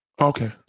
Okay